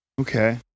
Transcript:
okay